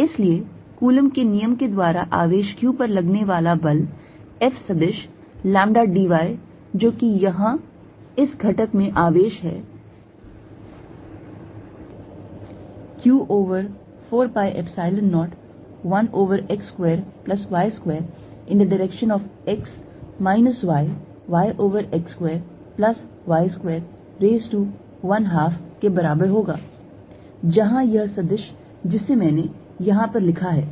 इसलिए कूलॉम के नियम के द्वारा आवेश q पर लगने वाला बल F सदिश lambda d y जो कि यहां इस घटक में आवेश है q over 4 pi Epsilon 0 1 over x square plus y square in the direction of x minus y y over x square plus y square raise to 1 half के बराबर होगा जहां यह सदिश जिसे मैंने यहां पर लिखा है